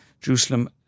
Jerusalem